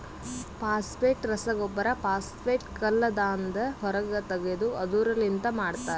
phosphate ರಸಗೊಬ್ಬರ phosphate ಕಲ್ಲದಾಂದ ಹೊರಗ್ ತೆಗೆದು ಅದುರ್ ಲಿಂತ ಮಾಡ್ತರ